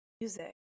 music